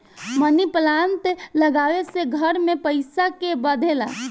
मनी plant लागवे से घर में पईसा के बढ़ेला